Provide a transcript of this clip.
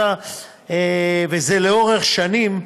וזה לאורך שנים,